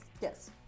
Yes